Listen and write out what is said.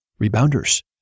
rebounders